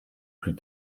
plus